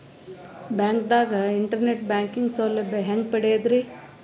ಬ್ಯಾಂಕ್ದಾಗ internet banking ಸೌಲಭ್ಯ ಹೆಂಗ್ ಪಡಿಯದ್ರಿ?